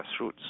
grassroots